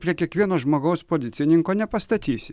prie kiekvieno žmogaus policininko nepastatysi